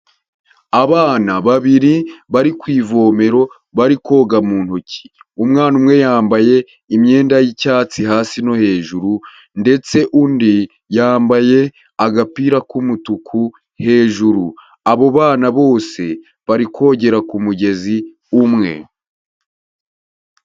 Abana babiri bari ku ivomero bari koga mu ntoki, umwana umwe yambaye imyenda y'icyatsi hasi no hejuru ndetse undi yambaye agapira k'umutuku hejuru, abo bana bose bari kogera ku mugezi umwe.